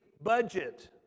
budget